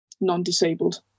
non-disabled